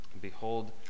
Behold